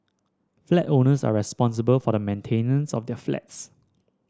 flat owners are responsible for the maintenance of their flats